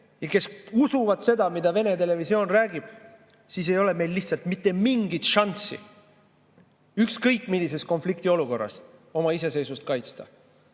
ja kes usuvad seda, mida Vene televisioon räägib, siis ei ole meil lihtsalt mitte mingit šanssi ükskõik millises konfliktiolukorras oma iseseisvust kaitsta.